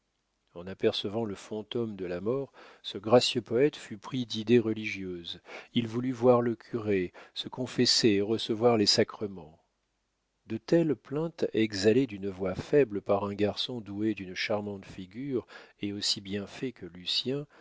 en apercevant le fantôme de la mort ce gracieux poète fut pris d'idées religieuses il voulut voir le curé se confesser et recevoir les sacrements de telles plaintes exhalées d'une voix faible par un garçon doué d'une charmante figure et aussi bien fait que lucien